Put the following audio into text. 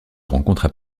rencontrent